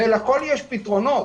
ולכול יש פתרונות.